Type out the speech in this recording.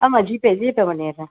ஆமாம் GPay GPay பண்ணிடுறேன்